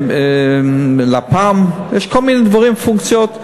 על לפ"מ יש כל מיני פונקציות.